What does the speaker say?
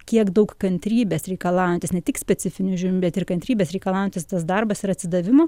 kiek daug kantrybės reikalaujantis ne tik specifinių žinių bet ir kantrybės reikalaujantis tas darbas ir atsidavimo